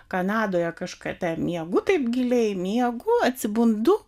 kanadoje kažkada miegu taip giliai miegu atsibundu